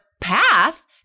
path